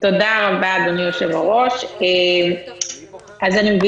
תודה רבה, אדוני יושב-הראש, אני מבינה